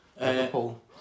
Liverpool